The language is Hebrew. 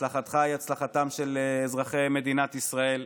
הצלחתך היא הצלחתם של אזרחי מדינת ישראל.